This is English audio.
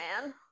man